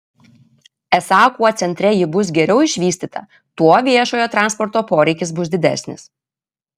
esą kuo centre ji bus geriau išvystyta tuo viešojo transporto poreikis bus didesnis